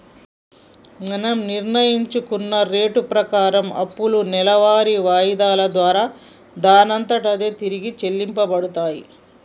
మనం నిర్ణయించుకున్న రేటు ప్రకారం అప్పులు నెలవారి ఆయిధాల దారా దానంతట అదే తిరిగి చెల్లించబడతాయి